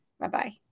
Bye-bye